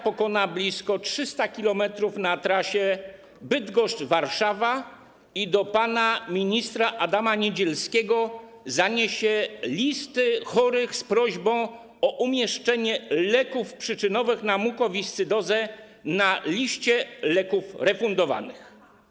Pokona blisko 300 km na trasie Bydgoszcz - Warszawa i do pana ministra Adama Niedzielskiego zaniesie listy chorych z prośbą o umieszczenie leków przyczynowych na mukowiscydozę na liście leków refundowanych.